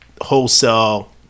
wholesale